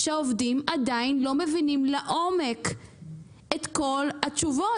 שהעובדים עדיין לא מבינים לעומק את כל התשובות.